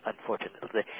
unfortunately